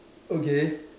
okay